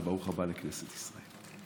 וברוך הבא לכנסת ישראל.